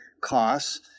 costs